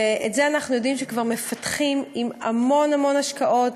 ואת זה אנחנו יודעים שכבר מפתחים בהמון המון השקעות.